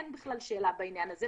אין בכלל שאלה בעניין הזה.